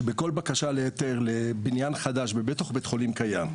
שבכל בקשה להיתר לבניין חדש בתוך בית חולים חדש,